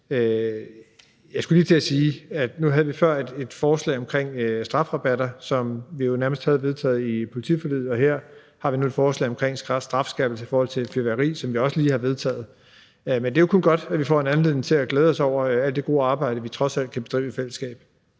Jeg skulle lige til at sige, at nu havde vi før et forslag omkring strafrabatter, som vi jo nærmest havde vedtaget i politiforliget, og her har vi nu et forslag omkring strafskærpelse i forhold til fyrværkeri, som vi også lige har vedtaget, men det er jo kun godt, at vi får anledning til at glæde os over alt det gode arbejde, vi trods alt kan bedrive i fællesskab.